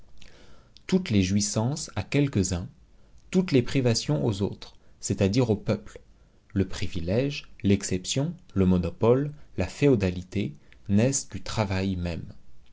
toutes les jouissances à quelques-uns toutes les privations aux autres c'est-à-dire au peuple le privilège l'exception le monopole la féodalité naissent du travail même